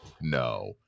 no